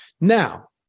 Now